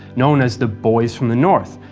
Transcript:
known as the boys from the north,